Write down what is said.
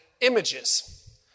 images